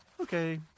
Okay